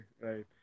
right